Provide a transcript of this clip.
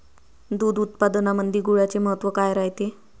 दूध उत्पादनामंदी गुळाचे महत्व काय रायते?